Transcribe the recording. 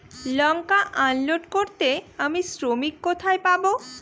লঙ্কা unload করতে আমি শ্রমিক কোথায় পাবো?